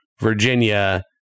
Virginia